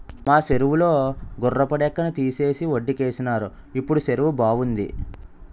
మా సెరువు లో గుర్రపు డెక్కని తీసేసి వొడ్డుకేసినారు ఇప్పుడు సెరువు బావుంది